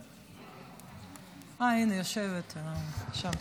אה, הינה, יושבת שם.